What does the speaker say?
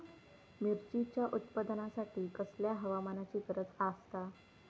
मिरचीच्या उत्पादनासाठी कसल्या हवामानाची गरज आसता?